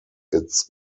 its